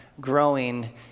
growing